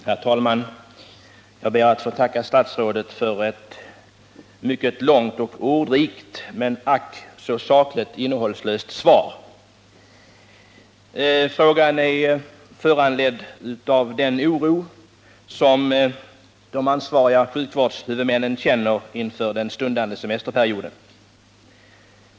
Herr talman! Jag ber att få tacka statsrådet för ett mycket långt och ordrikt men ack så sakligt innehållslöst svar. Frågan är föranledd av den oro som de ansvariga sjukvårdshuvudmännen känner inför den stundande semesterperioden.